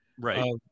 right